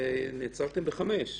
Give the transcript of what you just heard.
ונעצרתם ב-5.